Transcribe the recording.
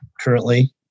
currently